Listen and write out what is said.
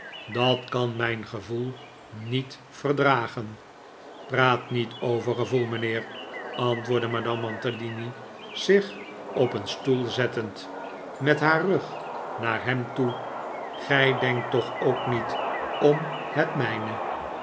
dat kan mijn gevoel niet verdragen praat niet over gevoel mijnheer antwoordde madame mantalini zich op een stoel zettend met haar rug naar hem toe gij denkt toch ook niet om het mijne